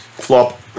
flop